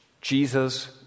Jesus